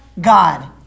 God